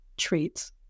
treats